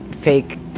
fake